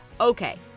Okay